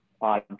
odd